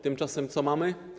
Tymczasem co mamy?